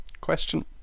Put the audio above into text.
Question